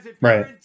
right